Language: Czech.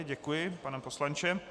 Děkuji, pane poslanče.